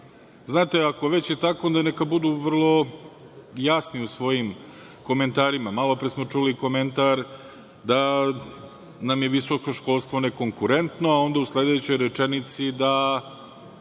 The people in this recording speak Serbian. Znate, ako je već tako, neka budu vrlo u jasni u svojim komentarima. Malopre smo čuli komentar da nam je visoko školstvo nekonkurentno, a onda u sledećoj rečenici da